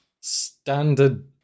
Standard